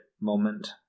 moment